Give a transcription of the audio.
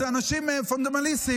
זה אנשים פונדמנטליסטיים,